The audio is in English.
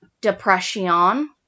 depression